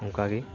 ᱚᱱᱠᱟᱜᱮ